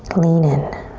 lean in.